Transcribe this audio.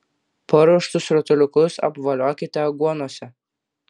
paruoštus rutuliukus apvoliokite aguonose